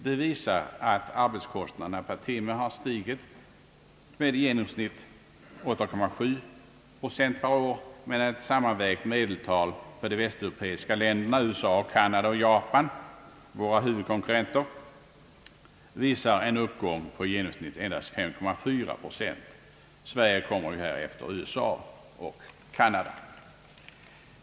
De visar att arbetskostnaderna per timme stigit med i genomsnitt 8,7 procent per år mot ett sammanvägt medeltal för de västeuropeiska länderna, USA, Kanada och Japan — våra huvudkonkurrenter — av i genomsnitt endast 5,4 procent. Sverige kommer här efter USA och Kanada.